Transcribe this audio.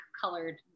colored